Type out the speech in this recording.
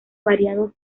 variados